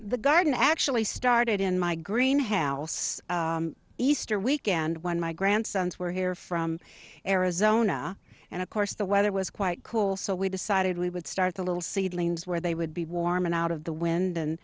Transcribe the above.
the garden actually started in my greenhouse easter weekend when my grandsons were here from arizona and of course the weather was quite cool so we decided we would start the little seedlings where they would be warm and out of the wind